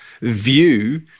view